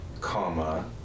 comma